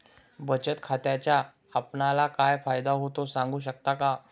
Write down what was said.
बचत खात्याचा आपणाला कसा फायदा होतो? सांगू शकता का?